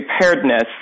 preparedness